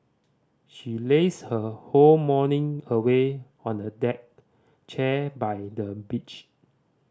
she lazed her whole morning away on the deck chair by the beach